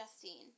Justine